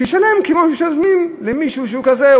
שישלם כמו שמשלמים למישהו שהוא כזה.